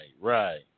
right